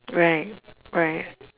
right right